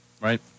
Right